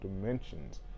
dimensions